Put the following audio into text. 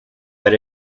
that